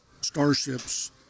Starships